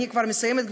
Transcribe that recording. אני כבר מסיימת,